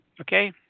okay